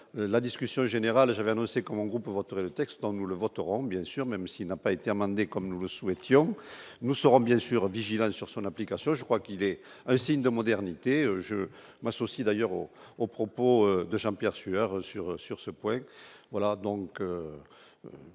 la discussion générale, j'avais annoncé qu'on groupe votre le texte dont nous le voterons bien sûr même s'il n'a pas été amendé, comme nous le souhaitions, nous serons bien sûr vigilants sur son application, je crois qu'il est un signe de modernité, je m'associe d'ailleurs aux aux propos de Jean-Pierre Sueur sur sur ce point,